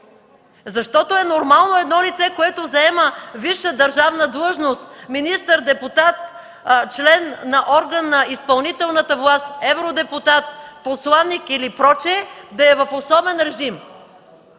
длъжности. Нормално е едно лице, което заема висша държавна длъжност – министър, депутат, член на орган на изпълнителната власт, евродепутат, посланик или прочие, да е в особен режим,